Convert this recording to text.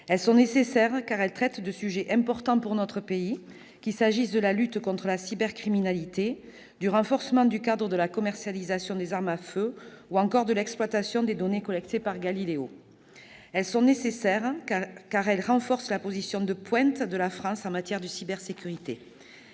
Elles sont nécessaires, car elles traitent de sujets importants pour notre pays, qu'il s'agisse de la lutte contre la cybercriminalité, du renforcement du cadre de la commercialisation des armes à feu ou encore de l'exploitation des données collectées par Galileo. Elles sont nécessaires, car elles renforcent la position de pointe de la France en matière de cybersécurité.